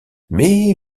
mais